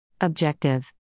Objective